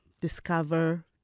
discover